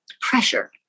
pressure